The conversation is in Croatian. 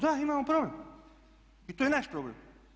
Da, imamo problem i to je naš problem.